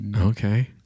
Okay